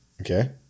Okay